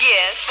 Yes